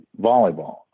volleyball